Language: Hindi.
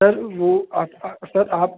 सर वो आपका सर आप